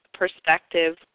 perspective